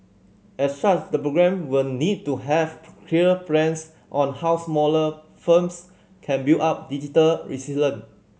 as such the programme will need to have clear plans on how smaller firms can build up digital resilient